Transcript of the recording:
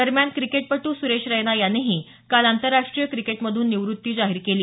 दरम्यान क्रिकेटपटू सुरेश रैना यानेही काल आंतरराष्ट्रीय क्रिकेटमधून निवृत्ती जाहीर केली